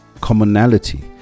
commonality